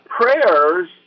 prayers